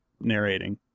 narrating